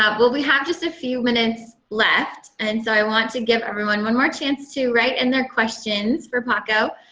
well, we have just a few minutes left. and so i want to give everyone one more chance to write in their questions for paco.